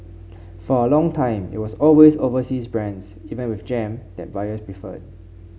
for a long time it was always overseas brands even with jam that buyers preferred